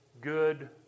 good